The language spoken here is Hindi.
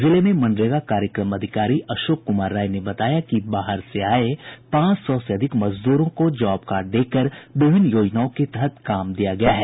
जिले में मनरेगा कार्यक्रम अधिकारी अशोक कुमार राय ने बताया कि बाहर से आये पांच सौ से अधिक मजदूरों को जॉब कार्ड देकर विभिन्न योजनाओं के तहत काम दिया गया है